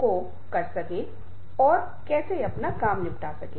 इसलिए पहली बात यह है कि हम एक संचार वातावरण के साथ शुरुआत करते हैं